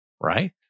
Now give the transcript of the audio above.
right